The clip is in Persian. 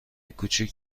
کوچیک